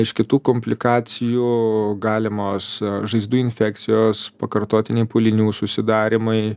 iš kitų komplikacijų galimos žaizdų infekcijos pakartotiniai pūlinių susidarymai